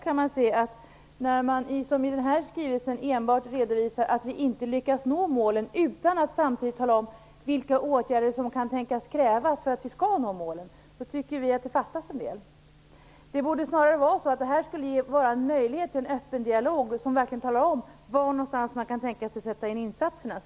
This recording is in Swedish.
När man som i den här skrivelsen enbart redovisar att vi inte lyckats nå målen, utan att samtidigt tala om vilka åtgärder som kan tänkas krävas för att vi skall nå målen, tycker vi dock att det fattas en del. Det här borde snarare vara en möjlighet till en öppen dialog som verkligen talar om var någonstans man kan tänka sig sätta in insatserna.